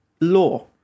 law